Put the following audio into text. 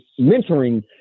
mentoring